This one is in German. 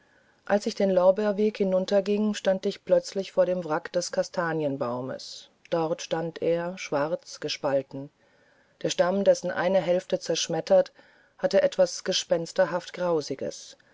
als ich den lorbeerweg hinunterging stand ich plötzlich vor dem wrack des kastanienbaumes dort stand er schwarz gespalten der stamm dessen eine hälfte zerschmettert hatte etwas gespensterhaft grausiges